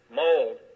mold